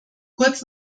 kurz